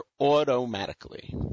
automatically